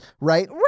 right